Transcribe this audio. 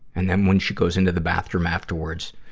and then, when she goes into the bathroom afterwards,